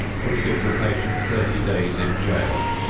would give the patient thirty days in jail,